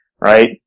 right